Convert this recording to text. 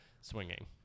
swinging